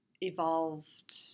evolved